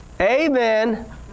amen